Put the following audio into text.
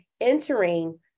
entering